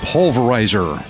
Pulverizer